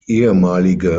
ehemalige